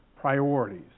priorities